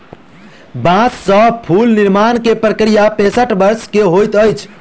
बांस से फूल निर्माण के प्रक्रिया पैसठ वर्ष के होइत अछि